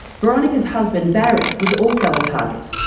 veronica's husband barry was also a target.